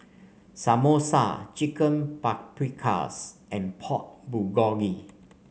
Samosa Chicken Paprikas and Pork Bulgogi